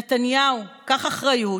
נתניהו, קח אחריות,